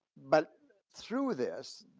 but through this,